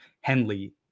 Henley